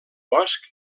bosch